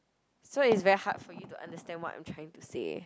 so it's very hard for you to understand what I'm trying to say